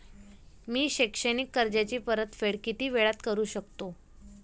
मी शैक्षणिक कर्जाची परतफेड किती वेळात करू शकतो